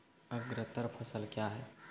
अग्रतर फसल क्या हैं?